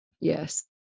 Yes